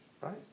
Right